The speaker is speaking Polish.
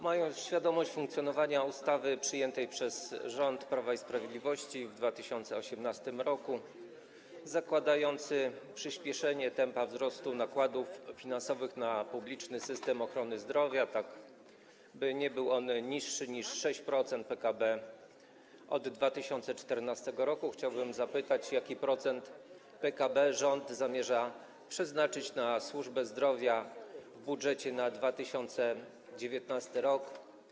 Mając świadomość funkcjonowania ustawy przyjętej przez rząd Prawa i Sprawiedliwości w 2018 r., zakładającej przyspieszenie tempa wzrostu nakładów finansowych na publiczny system ochrony zdrowia, tak by nie były one niższe niż 6% PKB od 2024 r., chciałbym zapytać, jaki procent PKB rząd zamierza przeznaczyć na służbę zdrowia w budżecie na 2019 r.